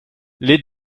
les